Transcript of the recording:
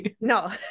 no